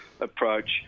approach